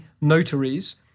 notaries